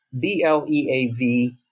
B-L-E-A-V